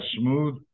smooth